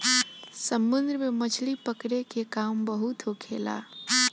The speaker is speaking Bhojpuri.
समुन्द्र में मछली पकड़े के काम बहुत होखेला